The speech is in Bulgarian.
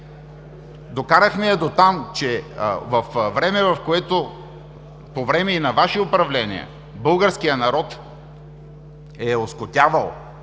Докарахме я дотам, че във време, в което, по време и на Ваше управление, българският народ е оскотявал,